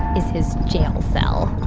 is his jail cell